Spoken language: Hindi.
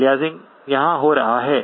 अलियासिंग यहाँ हो रहा है